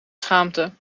schaamte